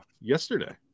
yesterday